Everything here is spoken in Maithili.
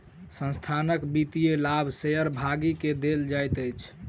संस्थानक वित्तीय लाभ शेयर भागी के देल जाइत अछि